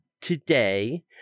today